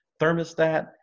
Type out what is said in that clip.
thermostat